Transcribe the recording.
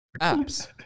apps